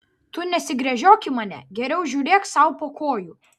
tu nesigręžiok į mane geriau žiūrėk sau po kojų